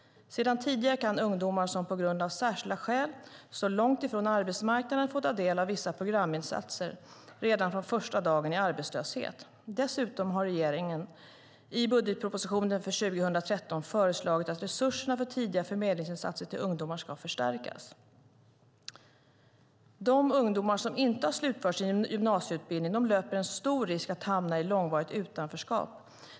Sedan tidigare kan ungdomar som av särskilda skäl står långt ifrån arbetsmarknaden få ta del av vissa programinsatser redan från första dagen i arbetslöshet. Dessutom har regeringen i budgetpropositionen för 2013 föreslagit att resurserna för tidiga förmedlingsinsatser till ungdomar ska förstärkas. De ungdomar som inte har slutfört sin gymnasieutbildning löper en stor risk att hamna i långvarigt utanförskap.